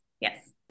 Yes